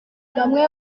bamwe